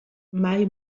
mai